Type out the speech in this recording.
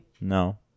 No